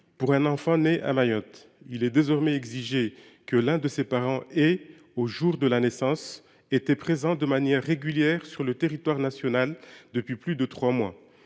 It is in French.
pour un enfant né à Mayotte, il est désormais exigé que l’un de ses parents ait, au jour de la naissance, été présent de manière régulière sur le territoire national depuis plus de trois mois.